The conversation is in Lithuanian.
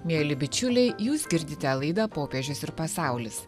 mieli bičiuliai jūs girdite laidą popiežius ir pasaulis